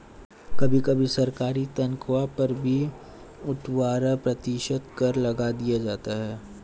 कभी कभी सरकारी तन्ख्वाह पर भी अट्ठारह प्रतिशत कर लगा दिया जाता है